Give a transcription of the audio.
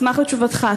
אשמח לתשובתך.